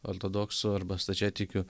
ortodoksų arba stačiatikių